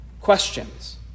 questions